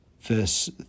verse